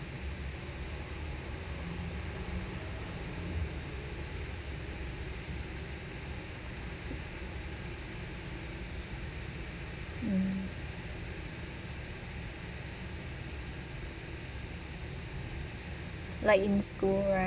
mm like in school right